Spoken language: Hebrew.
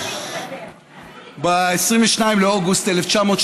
ב-22 באוגוסט 1939